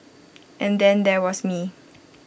and then there was me